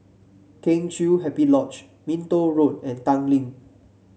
Kheng Chiu Happy Lodge Minto Road and Tanglin